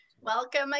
Welcome